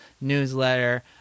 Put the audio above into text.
newsletter